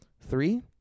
Three